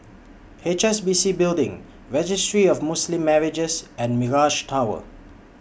H S B C Building Registry of Muslim Marriages and Mirage Tower